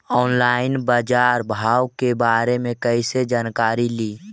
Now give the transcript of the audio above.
Online बाजार भाव के बारे मे कैसे जानकारी ली?